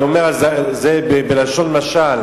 את זה אני אומר בלשון משל.